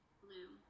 blue